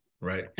right